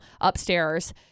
upstairs